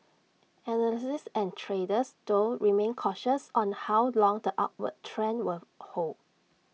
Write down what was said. analysts and traders though remain cautious on how long the upward trend will hold